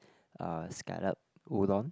uh scallop udon